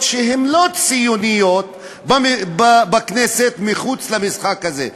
שהן לא ציוניות בכנסת מחוץ למשחק הזה.